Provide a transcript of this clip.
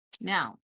Now